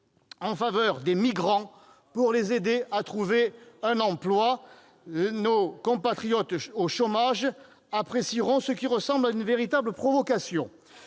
! Il s'agissait de les aider à trouver un emploi. Nos compatriotes au chômage apprécieront ce qui ressemble à une véritable provocation